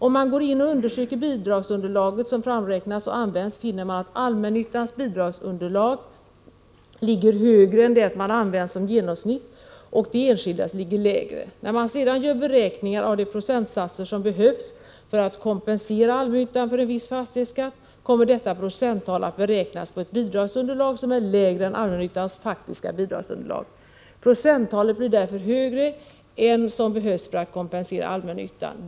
Om man går in och undersöker bidragsunderlaget som framräknats och använts finner man att allmännyttans bidragsunderlag ligger högre än det man använt som genomsnitt och de enskildas ligger lägre. När man sedan gör beräkningar av de procentsatser som behövs för att kompensera allmännyttan för en viss fastighetsskatt kommer detta procenttal att beräknas på ett bidragsunderlag som är lägre än allmännyttans faktiska bidragsunderlag. Procenttalet blir därför högre än som behövs för att kompensera allmännyttan.